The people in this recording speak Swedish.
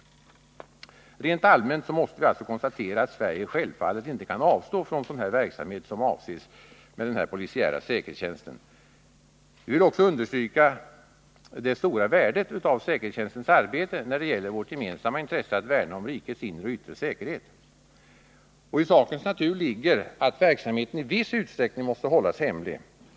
Rent allmänt måste man alltså konstatera att Sverige självfallet inte kan avstå från sådan verksamhet som avses med den polisiära säkerhetstjänsten. Vi vill också understryka det stora värdet av säkerhetstjänstens arbete när det gäller vårt gemensamma intresse att värna om rikets inre och yttre säkerhet. I sakens natur ligger också att verksamheten i viss utsträckning måste hållas hemlig.